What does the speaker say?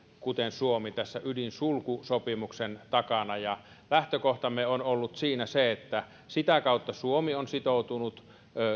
kuten suomi ydinsulkusopimuksen takana olevat lähtökohtamme on ollut siinä se että sitä kautta suomi on sitoutunut